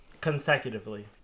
consecutively